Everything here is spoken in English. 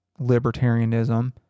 libertarianism